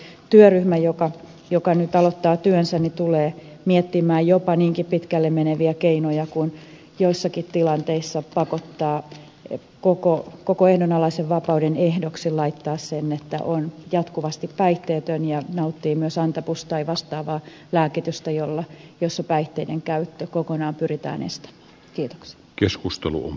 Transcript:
se työryhmä joka nyt aloittaa työnsä tulee miettimään jopa niinkin pitkälle meneviä keinoja kuin joissakin tilanteissa koko ehdonalaisen vapauden ehdoksi sen laittamista että on jatkuvasti päihteetön ja nauttii myös antabus tai vastaavaa lääkitystä jolla päihteiden käyttö kokonaan pyritään estämään